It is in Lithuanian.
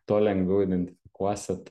tuo lengviau identifikuosit